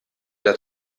der